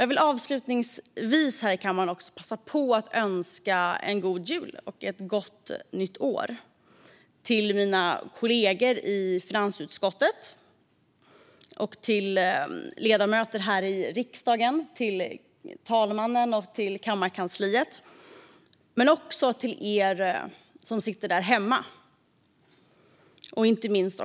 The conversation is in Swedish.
Jag vill avslutningsvis här i kammaren passa på att önska en god jul och ett gott nytt år till mina kollegor i finansutskottet och till ledamöter här i riksdagen, till talmannen och till kammarkansliet men också till er som sitter där hemma och inte minst